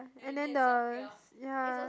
and then the ya